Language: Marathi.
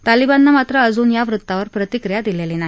तालिबाननं मात्र अजून या वृत्तावर प्रतिक्रिया दिलली नाही